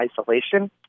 isolation